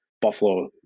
Buffalo